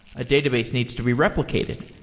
a database needs to be replicated.